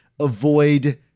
avoid